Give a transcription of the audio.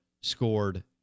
scored